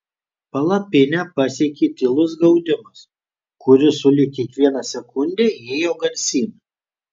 palapinę pasiekė tylus gaudimas kuris sulig kiekviena sekunde ėjo garsyn